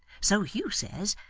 so hugh says.